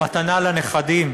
על מתנה לנכדים,